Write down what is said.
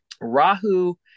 Rahu